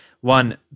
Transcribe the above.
one